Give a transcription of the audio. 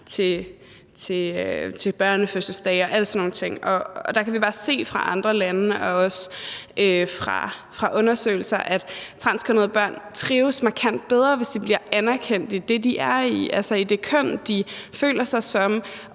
til børnefødselsdage og alle sådan nogle ting. Der kan vi bare se i andre lande og også i undersøgelser, at transkønnede børn trives markant bedre, hvis de bliver anerkendt som det køn, som de føler sig som,